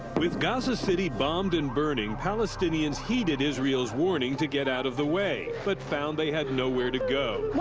with gaza city bombed and burning, palestinians heeded israelis warning to get out of the way, but found they had nowhere to go.